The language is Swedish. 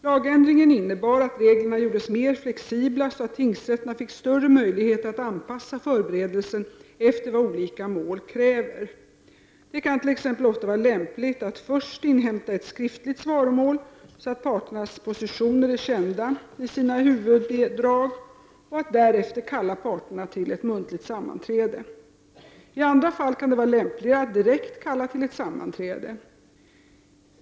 Lagändringen innebar att reglerna gjordes mer flexibla så att tingsrätterna fick större möjligheter att anpassa förberedelsen efter vad olika mål kräver. Det kan t.ex. ofta vara lämpligt att först inhämta ett skriftligt svaromål så att parternas positioner är kända i sina huvuddrag och att därefter kalla parterna till ett muntligt sammanträde. I andra fall kan det vara lämpligare att direkt kalla till ett sammanträde.